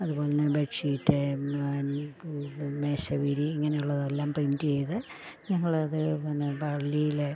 അതുപോലെ തന്നെ bed sheet മ് മേശ വിരി ഇങ്ങനെയുള്ളതെല്ലാം പ്രിൻറ്റ് ചെയ്ത് ഞങ്ങളത് പിന്നെ പള്ളിയിൽ